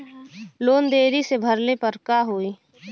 Loan देरी से भरले पर का होई?